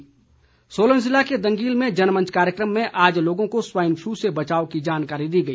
swine flu Solan जिले के दंगील में जनमंच कार्यक्रम में आज लोगों को स्वाइन फ्लू से बचाव की जानकारी दी गई